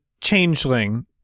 changeling